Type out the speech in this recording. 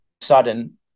sudden